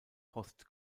post